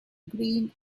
green